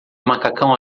macacão